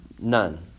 None